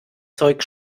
zeug